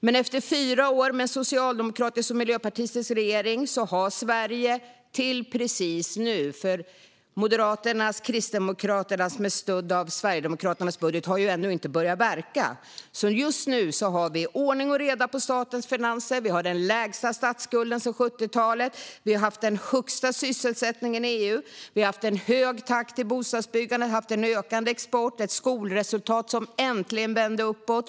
Men efter fyra år med en socialdemokratisk och miljöpartistisk regering har Sverige fram till precis nu - för Moderaternas och Kristdemokraternas budget, med stöd av Sverigedemokraterna, har ju ännu inte börjat verka - ordning och reda på statens finanser. Vi har den lägsta statsskulden sedan 70-talet. Vi har haft den högsta sysselsättningen i EU. Vi har haft en hög takt i bostadsbyggandet, en ökande export och ett skolresultat som äntligen vänt uppåt.